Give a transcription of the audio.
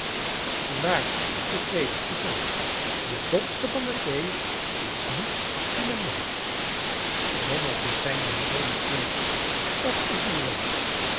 vandaar de tweede titel de domste van de twee is niet dien men denkt dommer te zijn dan joli coeur dat is uw rol